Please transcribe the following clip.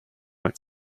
went